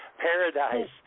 Paradise